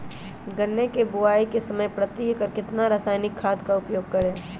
गन्ने की बुवाई के समय प्रति एकड़ कितना रासायनिक खाद का उपयोग करें?